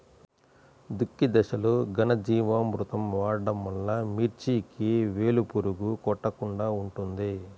దుక్కి దశలో ఘనజీవామృతం వాడటం వలన మిర్చికి వేలు పురుగు కొట్టకుండా ఉంటుంది?